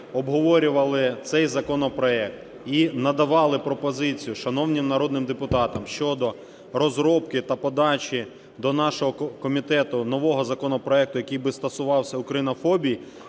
обговорювали цей законопроект і надавали пропозицію шановним народним депутатам щодо розробки та подачі до нашого комітету нового законопроекту, який би стосувався українофобії,